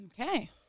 Okay